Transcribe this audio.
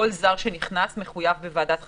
כל זר שנכנס מחויב בוועדת חריגים.